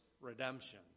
redemption